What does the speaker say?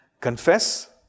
Confess